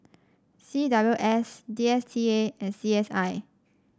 C W S D S T A and C S I